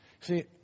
See